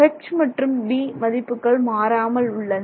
'H' மற்றும் 'B' மதிப்புகள் மாறாமல் உள்ளன